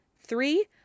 Three